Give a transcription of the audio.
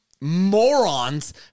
morons